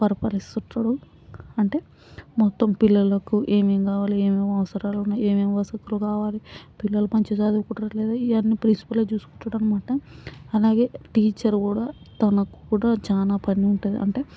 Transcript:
పరిపాలిస్తూ ఉంటాడు అంటే మొత్తం పిల్లలకు ఏమేమి కావాలి ఏమేమి అవసరాలు ఉన్నాయి ఏమేమి వసతులు కావాలి పిల్లలు మంచిగా చదువుకుంటున్నారా లేదా ఇవన్నీ ప్రిన్సిపలే చూసుకుంటాడు అన్నమాట అలాగే టీచరు కూడా తనకు కూడా చాలా పని ఉంటుంది అంటే